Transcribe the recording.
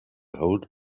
hold